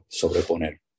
sobreponer